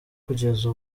kugeza